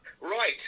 Right